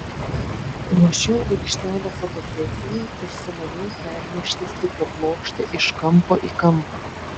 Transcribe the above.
ruošiau aikštelę fotosesijai ir sumaniau pernešti stiklo plokštę iš kampo į kampą